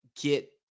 get